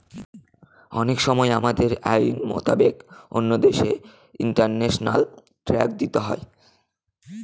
অনেক সময় আমাদের আইন মোতাবেক অন্য দেশে ইন্টারন্যাশনাল ট্যাক্স দিতে হয়